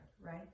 right